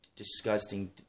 Disgusting